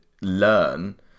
learn